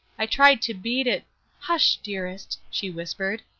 i tried to beat it hush, dearest, she whispered,